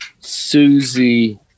Susie